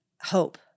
hope